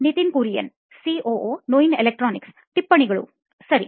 Nitin Kurian COO ನೋಯಿನ್ electronics ಟಿಪ್ಪಣಿಗಳು ಸರಿ